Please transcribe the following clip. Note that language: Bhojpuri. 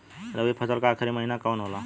रवि फसल क आखरी महीना कवन होला?